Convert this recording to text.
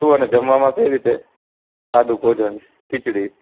શું અને જમવામાં કઈ રીતે સાદું ભોજન ખીચડી